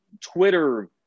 Twitter